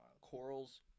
Corals